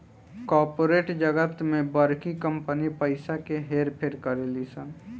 corporate जगत में बड़की कंपनी पइसा के हेर फेर करेली सन